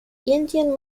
indian